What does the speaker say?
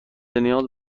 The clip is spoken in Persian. نیاز